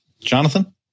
Jonathan